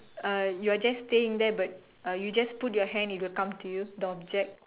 uh you're just staying there but uh you just put your hand it will just come to you the object